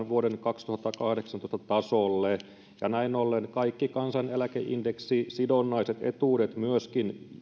vuoden kaksituhattakahdeksantoista tasolle ja näin ollen kaikki kansaneläkeindeksisidonnaiset etuudet myöskin